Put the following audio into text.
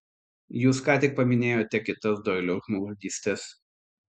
jūs ką tik paminėjote kitas doilio žmogžudystes